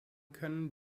können